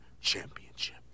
Championship